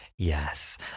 Yes